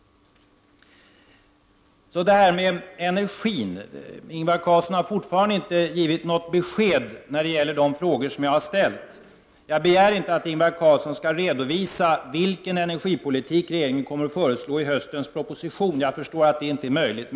Ingvar Carlsson har fortfarande inte givit något besked när det gäller de frågor som jag har ställt om energin. Jag begär inte att Ingvar Carlsson skall redovisa vilken energipolitik regeringen kommer att föreslå i höstens proposition. Jag förstår att det inte är möjligt.